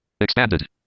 Expanded